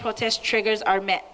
protests triggers are met